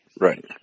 Right